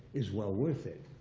is well worth it.